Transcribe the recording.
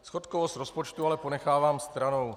Schodkovost rozpočtu ale ponechávám stranou.